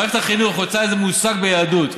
מערכת החינוך רוצה איזה מושג ביהדות,